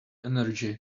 energy